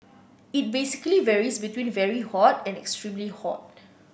it basically varies between very hot and extremely hot